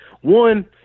One